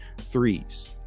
threes